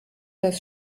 das